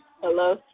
Hello